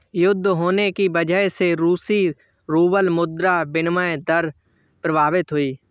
युद्ध होने की वजह से रूसी रूबल मुद्रा विनिमय दर प्रभावित हुई